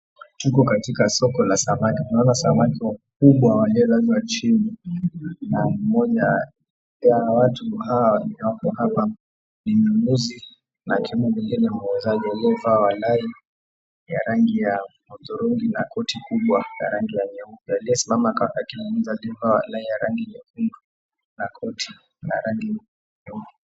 Tuko katika soko la samaki tunaona samaki wakubwa waliolazwa chini na mmoja ya watu hawa ni watu kama mnunuzi lakini mwingine muuzaji aliyevaa walahi ya rangi ya hudhurungi na koti kubwa ya rangi ya nyeupe aliyesimama kando akiuza amevaa walahi ya rangi nyekundu na koti la rangi nyeupe.